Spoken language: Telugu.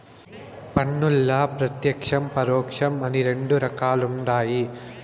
పన్నుల్ల ప్రత్యేక్షం, పరోక్షం అని రెండు రకాలుండాయి